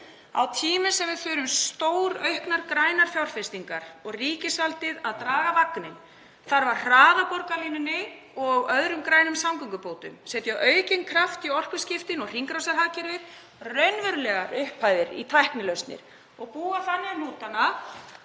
á tímum þar sem við þurfum stórauknar grænar fjárfestingar og ríkisvaldið þarf að draga vagninn. Það þarf að hraða borgarlínunni og öðrum grænum samgöngubótum, setja aukinn kraft í orkuskiptin og hringrásarhagkerfið, raunverulegar upphæðir í tæknilausnir og búa þannig um hnútana